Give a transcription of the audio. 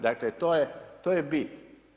Dakle, to je bit.